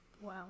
Wow